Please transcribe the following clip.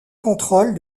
contrôle